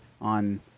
on